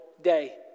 day